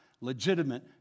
legitimate